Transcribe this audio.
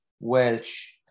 Welsh